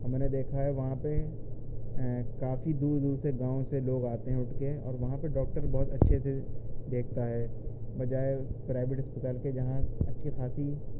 ہم نے دیکھا ہے وہاں پہ کافی دور دور سے گاؤں سے لوگ آتے ہیں اٹھ کے اور وہاں پہ ڈاکٹر بہت اچھے سے دیکھتا ہے بجائے پرائیویٹ اسپتال کے جہاں اچھی خاصی